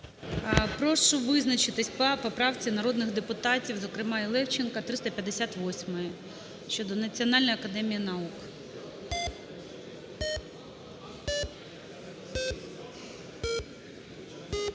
Прошу визначатися по поправці народних депутатів, зокрема і Левченка, 358-ї щодо Національної академії наук.